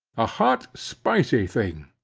a hot, spicy thing.